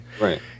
right